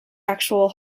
actual